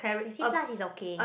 fifty plus is okay